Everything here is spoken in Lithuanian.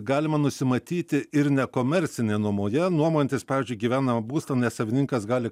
galima nusimatyti ir nekomercinėje nuomoje nuomojantis pavyzdžiui gyvenamą būstą nes savininkas gali